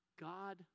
God